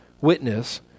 witness